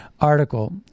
article